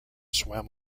swam